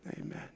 Amen